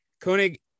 Koenig